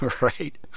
right